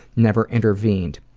never intervened.